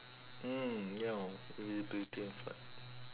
mm ya invisibility and flight